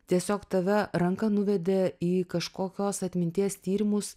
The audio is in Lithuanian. tiesiog tave ranka nuvedė į kažkokios atminties tyrimus